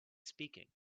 speaking